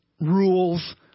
rules